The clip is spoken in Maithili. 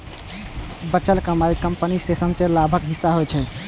बचल कमाइ कंपनी केर संचयी लाभक हिस्सा होइ छै